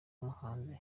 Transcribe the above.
abahanzi